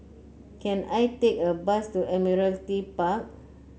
can I take a bus to Admiralty Park